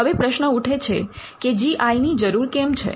હવે પ્રશ્ન ઉઠે છે કે જી આઈ ની જરૂર કેમ છે